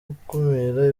gukumira